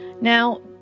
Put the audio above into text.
Now